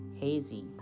hazy